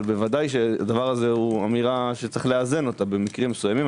אבל ודאי שזה אמירה שיש לאזנה במקרים מסוימים.